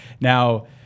Now